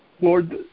Lord